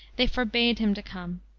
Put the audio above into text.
they forbade him to come.